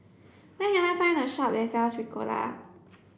where can I find a shop that sells Ricola